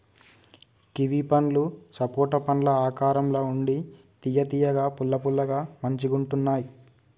kiwi పండ్లు సపోటా పండ్ల ఆకారం ల ఉండి తియ్య తియ్యగా పుల్ల పుల్లగా మంచిగుంటున్నాయ్